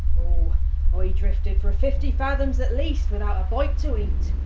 oh, i drifted for fifty fathoms at least without a bite to eat.